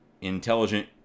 intelligent